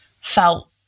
felt